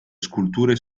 sculture